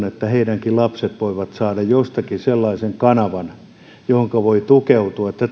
että heidänkin lapsensa voivat saada jostakin sellaisen kanavan johon voi tukeutua että